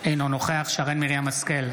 אינו נוכח שרן מרים השכל,